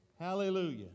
Hallelujah